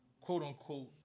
quote-unquote